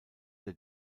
der